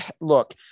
Look